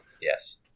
Yes